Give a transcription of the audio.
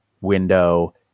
window